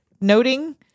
noting